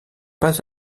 pas